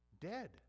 dead